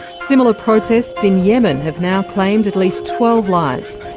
similar protests in yemen have now claimed at least twelve lives.